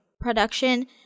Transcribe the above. production